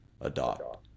adopt